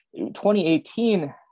2018